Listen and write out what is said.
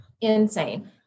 insane